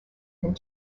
and